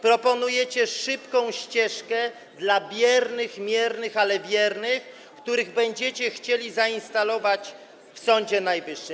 Proponujecie szybką ścieżkę dla biernych, miernych, ale wiernych, których będziecie chcieli zainstalować w Sądzie Najwyższym.